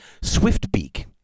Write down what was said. Swiftbeak